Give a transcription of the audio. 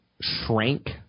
shrank